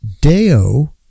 Deo